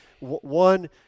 one